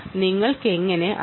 നിങ്ങൾക്കെങ്ങനെ അത് അറിയാം